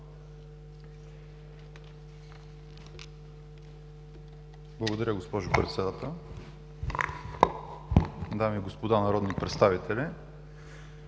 уважаема госпожо Председател. Дами и господа народни представители!